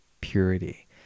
purity